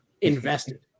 Invested